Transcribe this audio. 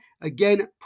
Again